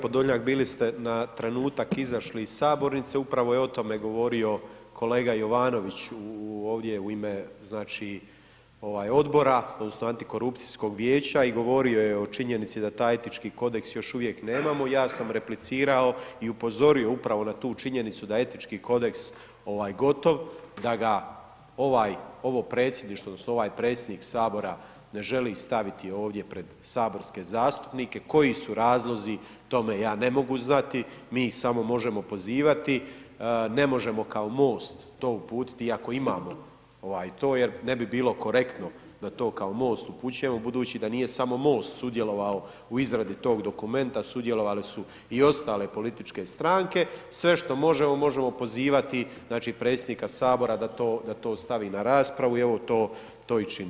Kolega Podolnjak, bili ste na trenutak izašli iz sabornice, upravo je o tome govorio kolega Jovanović, ovdje u ime znači ovaj odbora, odnosno, antikorupcijskog vijeća i govorio je o činjenici da taj etički kodeks još uvijek nemamo i ja sam replicirao i upozorio upravo na tu činjenicu, da etički kodeks gotov, da ga ovo predsjedništvo, odnosno, ovaj predsjednik Sabora ne želi staviti ovdje, pred saborske zastupnike koji su razlozi, tome ja ne mogu znati, mi samo možemo pozivati, ne možemo kao Most to uputiti, iako imamo to, jer ne bi bilo korektno da to kao Most upućujemo budući da nije samo MOST sudjelovao u izradi tog dokumenta, sudjelovale su i ostale političke stranke, sve što možemo, možemo pozivati znači predsjednika Sabora da to stavi na raspravu i evo to i činimo.